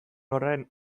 horren